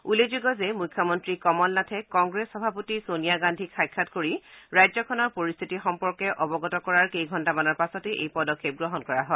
উল্লেখযোগ্য যে মুখ্যমন্ত্ৰী কমল নাথে কংগ্ৰেছ সভাপতি ছোনিয়া গান্ধীক সাক্ষাৎ কৰি ৰাজ্যখনৰ পৰিস্থিতি সম্পৰ্কে অৱগত কৰাৰ কেইঘণ্টামানৰ পাছতেই এই পদক্ষেপ গ্ৰহণ কৰা হয়